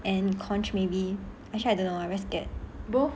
and conch may be actually I don't know I very scared both